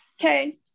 Okay